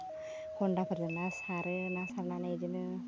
हन्दाफोरजों ना सारो ना सारनानै इदिनो